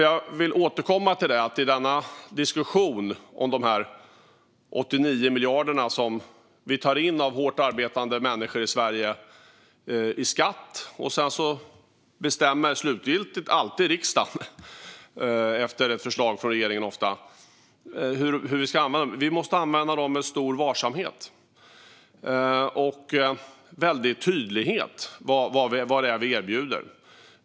Jag vill återkomma till diskussionen om de 89 miljarderna. Det är pengar som vi tar in i skatt av hårt arbetande människor i Sverige och som sedan alltid riksdagen, ofta efter förslag från regeringen, slutgiltigt bestämmer hur vi ska använda. Vi måste använda dem med stor varsamhet och väldig tydlighet i vad vi erbjuder.